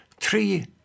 three